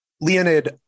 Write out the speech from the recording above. Leonid